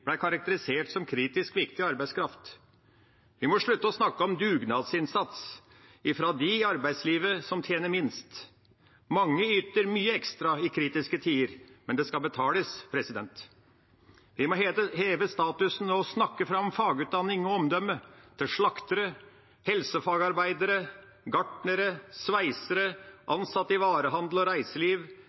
karakterisert som kritisk viktig arbeidskraft. Vi må slutte å snakke om dugnadsinnsats fra dem i arbeidslivet som tjener minst. Mange yter mye ekstra i kritiske tider, men det skal betales. Vi må heve statusen for fagutdanning og snakke fram omdømmet til slaktere, helsefagarbeidere, gartnere, sveisere, ansatte i varehandel, reiseliv og